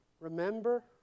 Remember